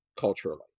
culturally